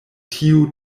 tiu